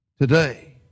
today